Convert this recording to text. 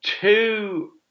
two